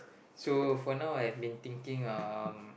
so for now I've been thinking um